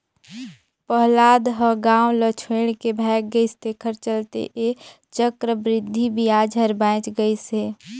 पहलाद ह गाव ल छोएड के भाएग गइस तेखरे चलते ऐ चक्रबृद्धि बियाज हर बांएच गइस हे